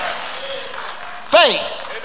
Faith